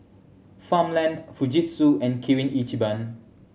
Farmland Fujitsu and Kirin Ichiban